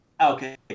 okay